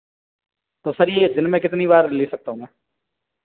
तो सर यह दिन में कितनी बार ले सकता हूँ मैं